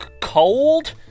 cold